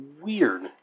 Weird